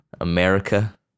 America